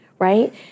Right